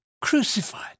Crucified